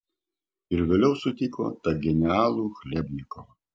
ir vėliau sutiko tą genialų chlebnikovą